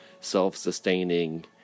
self-sustaining